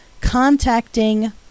contacting